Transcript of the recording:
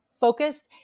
focused